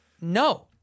No